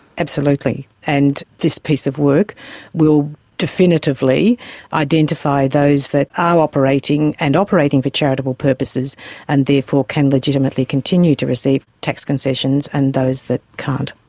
absolutely, and this piece of work will definitively identify those that are operating and operating for charitable purposes and therefore can legitimately continue to receive tax concessions, and those that can't.